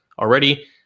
already